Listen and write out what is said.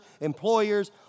employers